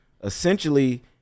essentially